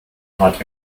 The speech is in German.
hart